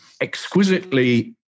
exquisitely